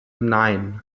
nein